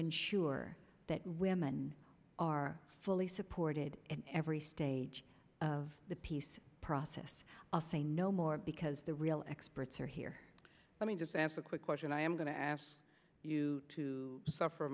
ensure that women are fully supported in every stage of the peace process i'll say no more because the real experts are here let me just ask a quick question i am going to ask you to suffer